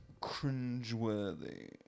Cringeworthy